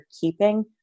keeping